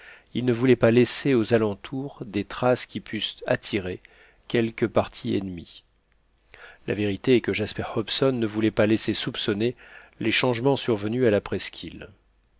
il ne voulait pas laisser aux alentours des traces qui pussent attirer quelque parti ennemi la vérité est que jasper hobson ne voulait pas laisser soupçonner les changements survenus à la presqu'île